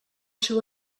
seu